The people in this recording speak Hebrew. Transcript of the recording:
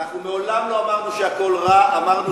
אנחנו מעולם לא אמרנו שהכול רע, אמרנו שהרוב רע.